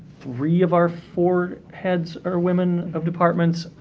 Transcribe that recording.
three of our four heads are women of departments.